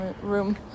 room